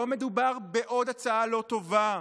לא מדובר בעוד הצעה לא טובה.